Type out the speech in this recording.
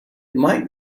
might